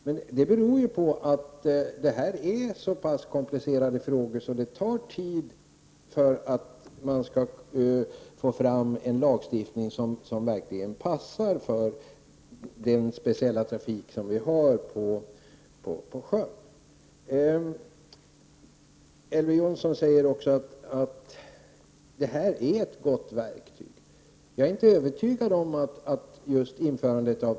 Men det beror ju på att detta är så pass komplicerade frågor att det tar tid innan man får fram en lagstiftning som verkligen passar för den speciella trafik som vi har på sjön. Elver Jonsson sade också att promilleregler är ett gott verktyg.